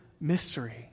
mystery